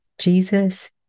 Jesus